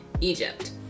egypt